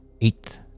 eighth